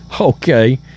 Okay